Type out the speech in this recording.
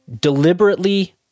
deliberately